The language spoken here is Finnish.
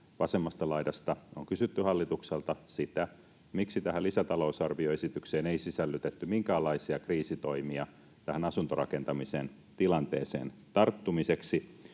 vasemmasta laidasta on kysytty hallitukselta sitä, miksi tähän lisätalousarvioesitykseen ei sisällytetty minkäänlaisia kriisitoimia tähän asuntorakentamisen tilanteeseen tarttumiseksi.